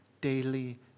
daily